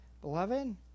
Beloved